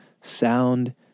sound